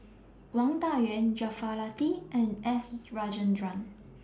Wang Dayuan Jaafar Latiff and S Rajendran